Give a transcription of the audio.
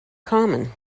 common